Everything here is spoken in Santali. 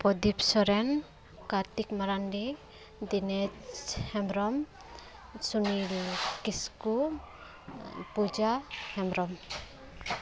ᱯᱨᱚᱫᱤᱯ ᱥᱚᱨᱮᱱ ᱠᱟᱨᱛᱤᱠ ᱢᱟᱨᱟᱱᱰᱤ ᱫᱤᱱᱮᱥ ᱦᱮᱢᱵᱨᱚᱢ ᱥᱩᱱᱤᱞ ᱠᱤᱥᱠᱩ ᱯᱩᱡᱟ ᱦᱮᱢᱵᱨᱚᱢ